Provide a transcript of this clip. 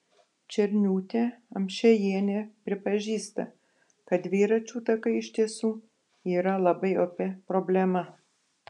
černiūtė amšiejienė pripažįsta kad dviračių takai iš tiesų yra labai opi problema